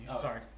Sorry